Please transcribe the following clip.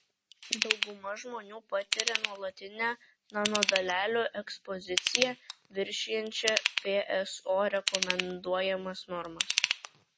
dauguma žmonių patiria nuolatinę nanodalelių ekspoziciją viršijančią pso rekomenduojamas normas